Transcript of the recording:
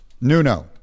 Nuno